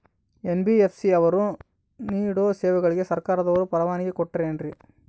NBFC ಅವರು ನೇಡೋ ಸೇವೆಗಳಿಗೆ ಸರ್ಕಾರದವರು ಪರವಾನಗಿ ಕೊಟ್ಟಾರೇನ್ರಿ?